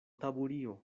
taburio